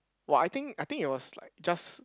!wah! I think I think it was like just